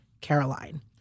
Caroline